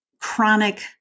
chronic